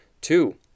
two